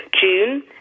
June